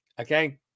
Okay